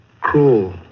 cruel